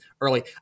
early